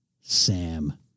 Sam